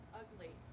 ugly